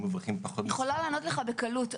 מרוויחים פחות משכר --- אני יכולה לענות לך בקלות.